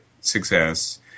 success